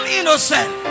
innocent